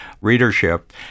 readership